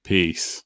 Peace